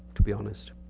to be honest.